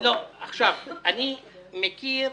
אני מכיר